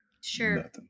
Sure